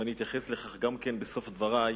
ואתייחס לכך גם בסוף דברי.